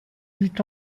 lutte